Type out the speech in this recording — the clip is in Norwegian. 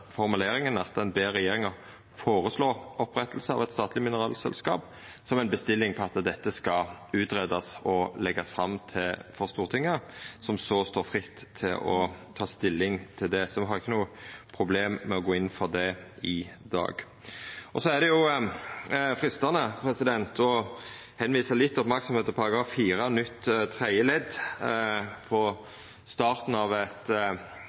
formuleringa om at ein ber regjeringa føreslå oppretting av eit statleg mineralselskap, som ei bestilling på at dette skal greiast ut og leggjast fram for Stortinget, som så står fritt til å ta stilling til det. Så me har ikkje noko problem med å gå inn for det i dag. Så er det freistande å vie litt merksemd til § 4 nytt